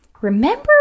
Remember